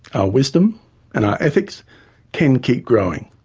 our wisdom and ethics can keep growing,